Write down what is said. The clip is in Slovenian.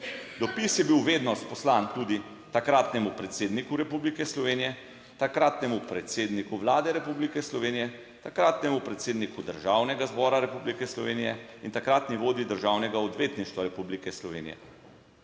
Dopis je bil vedno poslan tudi takratnemu predsedniku Republike Slovenije, takratnemu predsedniku Vlade Republike Slovenije, takratnemu predsedniku Državnega zbora Republike Slovenije in takratni vodji Državnega odvetništva Republike Slovenije.